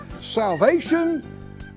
salvation